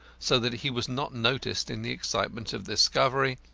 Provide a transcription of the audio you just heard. so that he was not noticed in the excitement of the discovery,